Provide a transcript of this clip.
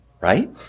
right